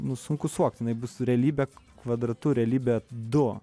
nu sunku suvokt jinai bus realybė kvadratu realybė du